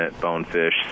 bonefish